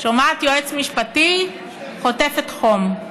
שומעת יועץ משפטי, חוטפת חום.